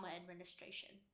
administration